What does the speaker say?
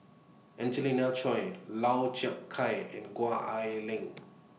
Angelina Choy Lau Chiap Khai and Gwee Ah Leng